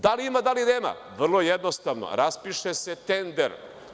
Da li ima, da li nema, vrlo je jednostavno, raspiše se tender.